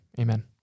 Amen